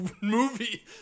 movie